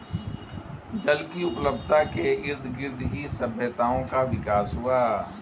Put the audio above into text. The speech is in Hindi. जल की उपलब्धता के इर्दगिर्द ही सभ्यताओं का विकास हुआ